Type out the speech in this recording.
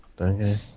Okay